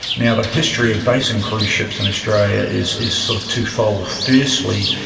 now, the history of basing cruise ships in australia is is sort of two-fold. firstly,